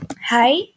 hi